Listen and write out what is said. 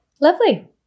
Lovely